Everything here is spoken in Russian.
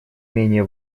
менее